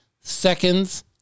seconds